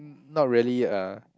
hmm not really ah